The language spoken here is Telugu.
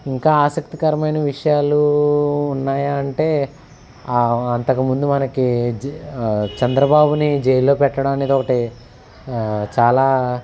ఇంకా ఆసక్తికరమైన విషయాలూ ఉన్నాయా అంటే అంతకు ముందు మనకి జ చంద్రబాబుని జైల్లో పెట్టడం అనేది ఒకటి చాలా